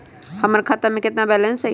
हमर खाता में केतना बैलेंस हई?